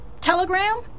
Telegram